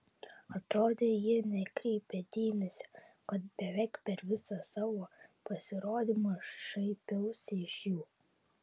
atrodė jie nekreipia dėmesio kad beveik per visą savo pasirodymą šaipiausi iš jų